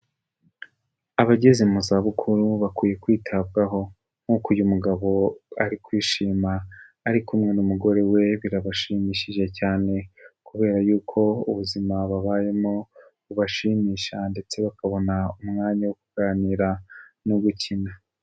Abageze mu za bukuru bakwiye kwitabwaho, nk'uko uyu mugabo ari kwishima ari kumwe n'umugore we birabashimishije cyane. Kubera y'uko ubuzima babayemo bubashimisha ndetse bakabona umwanya wo kuganira no gukina.